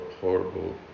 Horrible